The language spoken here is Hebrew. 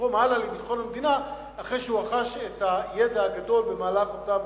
ולתרום הלאה לביטחון המדינה אחרי שהוא רכש את הידע הגדול במהלך אותן